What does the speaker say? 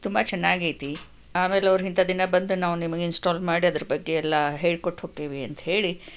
ತುಂಬ ಚೆನ್ನಾಗೈತಿ ಆಮೇಲೆ ಅವರು ಇಂಥ ದಿನ ಬಂದು ನಾವು ನಿಮಗೆ ಇನ್ಸ್ಟಾಲ್ ಮಾಡಿ ಅದರ ಬಗ್ಗೆ ಎಲ್ಲ ಹೇಳಿಕೊಟ್ಟು ಹೋಗ್ತೀವಿ ಅಂತ ಹೇಳಿ